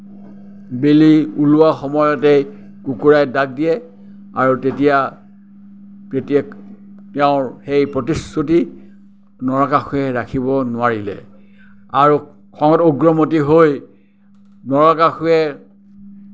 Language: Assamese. বেলি ওলোৱা সময়তে কুকুৰাই ডাক দিয়ে আৰু তেতিয়া তেতিয়া তেওঁৰ সেই প্ৰতিশ্ৰুতি নৰকাসুৰে ৰাখিব নোৱাৰিলে আৰু খঙত উগ্ৰমতী হৈ নৰকাসুৰে